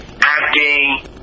Acting